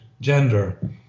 gender